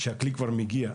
כשהכלי כבר מגיע.